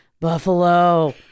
Buffalo